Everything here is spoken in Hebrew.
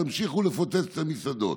תמשיכו לפוצץ את המסעדות.